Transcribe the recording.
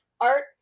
art